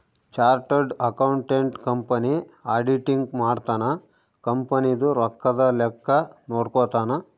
chartered accountant company auditing ಮಾಡ್ತನ company ದು ರೊಕ್ಕದ ಲೆಕ್ಕ ನೋಡ್ಕೊತಾನ